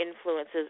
influences